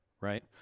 right